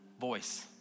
voice